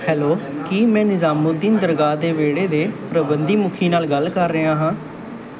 hello ਕੀ ਮੈਂ ਨਿਜ਼ਾਮੂਦੀਨ ਦਰਗਾਹ ਦੇ ਵਿਹੜੇ ਦੇ ਪ੍ਰਬੰਧਕੀ ਮੁਖੀ ਨਾਲ ਗੱਲ ਕਰ ਰਿਹਾ ਹਾਂ